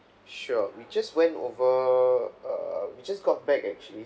sure we just went over err we just got back actually